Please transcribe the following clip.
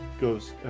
goes